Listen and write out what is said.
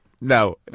No